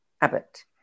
Abbott